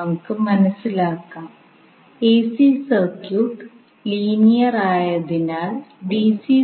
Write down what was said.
നമ്മൾ ഇതുവരെ ചർച്ച ചെയ്ത ഡിസി